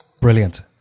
Brilliant